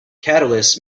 catalysts